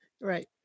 right